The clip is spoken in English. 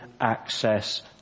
access